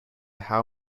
how